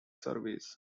service